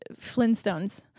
Flintstones